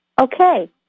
Okay